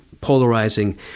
polarizing